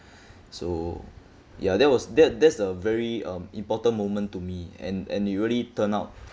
so ya that was that that's the very um important moment to me and and it really turn out